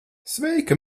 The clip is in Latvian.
sveika